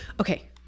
okay